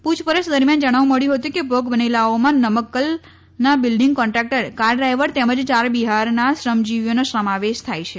પુછપરછ દરમિયાન જાણવા મબ્યું હતું કે ભોગ બનેલાઓમાં નમકકલના બીલ્ડીંગ કોન્ટ્રાકટર કાર ડ્રાઇવર તેમજ ચાર બિહારના શ્રમજીવીઓનો સમાવેશ થાય છે